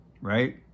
Right